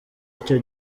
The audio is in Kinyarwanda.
icyo